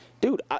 Dude